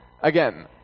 again